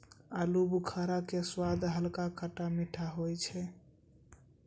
आलूबुखारा के स्वाद हल्का खट्टा मीठा होय छै